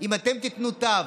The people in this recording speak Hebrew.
אם אתם תיתנו תו,